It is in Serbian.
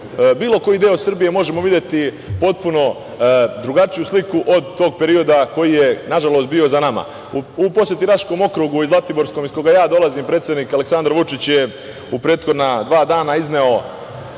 bilo koji deo Srbije, možemo videti potpuno drugačiju sliku od tog perioda koji je nažalost bio za nama. U poseti Raškom i Zlatiborskom okrugu iz koga ja dolazim, predsednik Aleksandar Vučić je u prethodna dva dana izneo